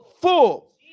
Full